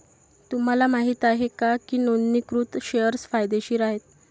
तुम्हाला माहित आहे का की नोंदणीकृत शेअर्स फायदेशीर आहेत?